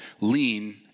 lean